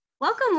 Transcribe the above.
Welcome